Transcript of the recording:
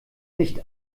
nicht